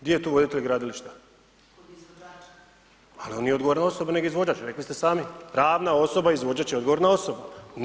Di je tu voditelj gradilišta? … [[Upadica sa strane, ne razumije se.]] Ali on nije odgovorna osoba nego izvođač, rekli ste sami, pravna osoba izvođač je odgovorna osoba.